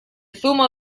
zumo